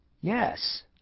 yes